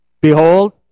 Behold